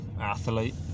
athlete